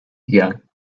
ago